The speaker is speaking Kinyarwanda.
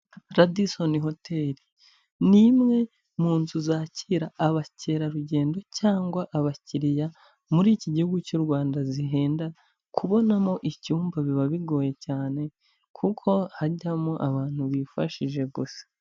Radisoni hoteri ni imwe mu nzu zakira abakerarugendo cyangwa abakiriya muri iki gihugu cy'u Rwanda zihenda, kubonamo icyumba biba bigoye cyane kuko hajyamo abantu bifashije gusa.